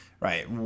Right